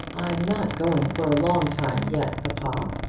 i'm not going for a long time yet, papa.